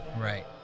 Right